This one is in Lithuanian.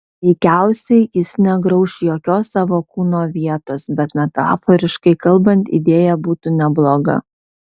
veikiausiai jis negrauš jokios savo kūno vietos bet metaforiškai kalbant idėja būtų nebloga